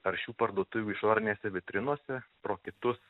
ar šių parduotuvių išorinėse vitrinose pro kitus